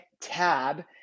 Tab